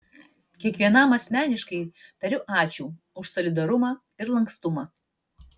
kiekvienam asmeniškai tariu ačiū už solidarumą ir lankstumą